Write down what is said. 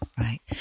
Right